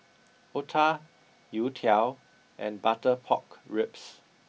otah youtiao and butter pork ribs